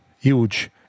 huge